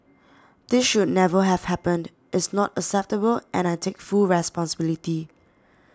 this should never have happened is not acceptable and I take full responsibility